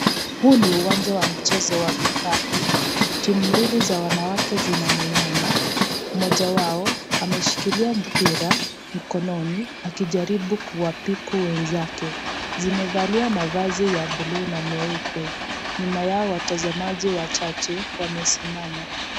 Huu ni uwanja wa mchezo wa vikapu. Timu mbili za wanawake zinamenyana. Moja wao ameshikilia mpira, mkononi, akijaribu kuwapiku wenzake. Zimevalia mavazi ya bulu na meupe. Nyuma yao watazamaji wachache wamesimama.